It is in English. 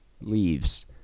leaves